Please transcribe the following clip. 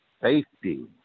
safety